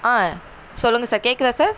ஆ சொல்லுங்க சார் கேட்குதா சார்